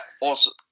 awesome